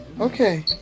Okay